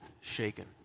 shaken